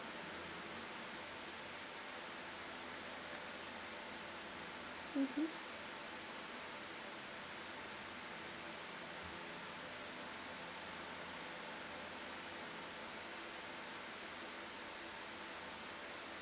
mmhmm